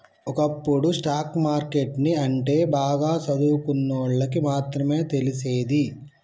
ఒకప్పుడు stock market ని అంటే బాగా సదువుకున్నోల్లకి మాత్రమే తెలిసేది